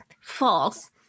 False